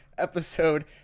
episode